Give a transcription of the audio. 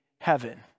heaven